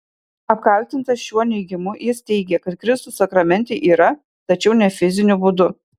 apkaltintas šiuo neigimu jis teigė kad kristus sakramente yra tačiau ne fiziniu būdu